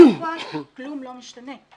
כלום לא משתנה.